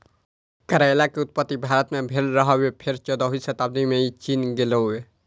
करैला के उत्पत्ति भारत मे भेल रहै, फेर चौदहवीं शताब्दी मे ई चीन गेलै